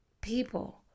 People